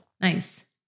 Nice